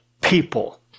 people